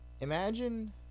Imagine